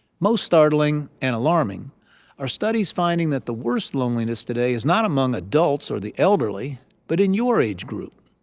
most startling and alarming are studies finding that the worst loneliness today is not among adults or the elderly but in your age group.